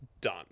done